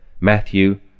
Matthew